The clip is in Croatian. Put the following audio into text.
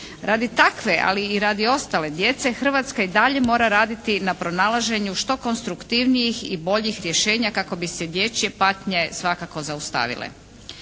Radi takve ali i radi ostale djece Hrvatska i dalje mora raditi na pronalaženju što konstruktivnijih i boljih rješenja kako bi se dječje patnje svakako zaustavile.